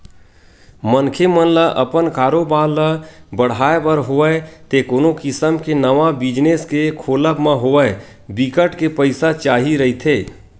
मनखे मन ल अपन कारोबार ल बड़हाय बर होवय ते कोनो किसम के नवा बिजनेस के खोलब म होवय बिकट के पइसा चाही रहिथे